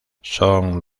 son